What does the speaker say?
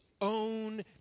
own